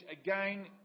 again